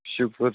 شُکُر